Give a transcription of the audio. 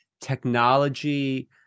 Technology